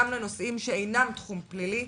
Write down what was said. גם לנושאים שאינם תחום פלילי,